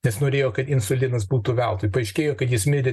nes norėjo kad insulinas būtų veltui paaiškėjo kad jis mirė